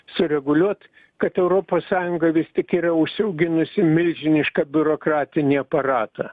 sureguliuot kad europos sąjunga vis tik yra užsiauginusi milžinišką biurokratinį aparatą